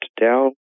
down